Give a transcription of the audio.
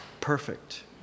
perfect